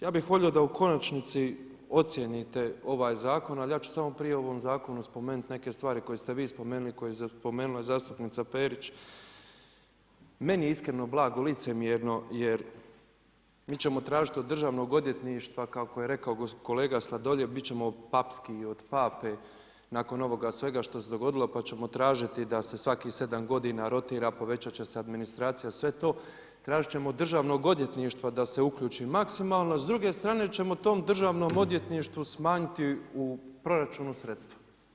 Ja bih volio da u konačnici ocijenite ovaj zakon ali ja ću samo prije u ovom zakonu spomenuti neke stvari koje ste vi spomenuli i koje je spomenula zastupnica Perić, meni je iskreno blago licemjerno jer mi ćemo tražiti od državnog odvjetništva kako je rekao kolega Sladoljev, biti ćemo papskiji i od pape nakon ovoga svega što se dogodilo pa ćemo tražiti da se svakih 7 godina rotira, povećati će se administracija, sve to, tražiti ćemo od državnog odvjetništva da se uključi maksimalno a s druge strane ćemo tom državnom odvjetništvu smanjiti u proračunu sredstva.